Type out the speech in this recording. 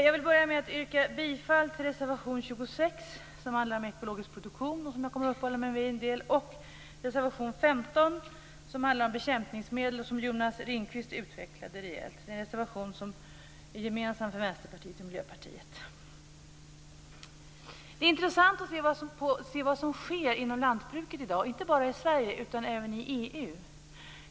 Jag vill börja med att yrka bifall till reservation 26, som handlar om ekologisk produktion och som jag kommer att uppehålla mig en del vid, och till reservation 15, som handlar om bekämpningsmedel. Jonas Ringqvist utvecklade reservation 15 rejält, och den är gemensam för Vänsterpartiet och Miljöpartiet. Det är intressant att se vad som sker inom lantbruket i dag, inte bara i Sverige utan även i EU.